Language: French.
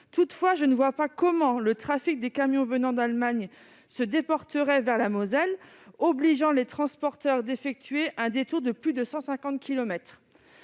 Toutefois, je ne vois pas comment le trafic des camions venant d'Allemagne se déporterait vers la Moselle, obligeant les transporteurs à effectuer un détour de plus de 150